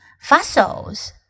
Fossils